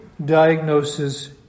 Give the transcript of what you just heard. Diagnoses